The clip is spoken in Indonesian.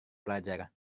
pelajar